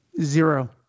zero